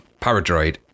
paradroid